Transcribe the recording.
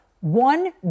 one